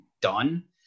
done